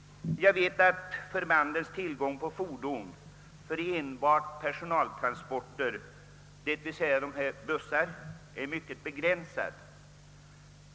Jag vet att förbandens tillgång på fordon för enbart personaltransporter, d.v.s. bussar, är mycket begränsad.